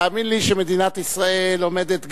תאמין לי שמדינת ישראל עומדת,